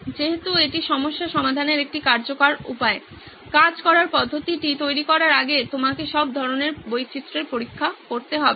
যেহেতু এটি সমস্যা সমাধানের একটি কার্যকর উপায় কাজ করার পদ্ধতিটি তৈরি করার আগে আপনাকে সব ধরণের বৈচিত্রের পরীক্ষা করতে হবে না